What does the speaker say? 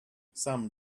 some